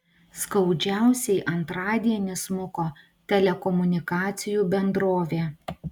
skaudžiausiai antradienį smuko telekomunikacijų bendrovė